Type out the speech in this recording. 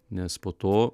nes po to